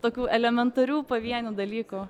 tokių elementarių pavienių dalykų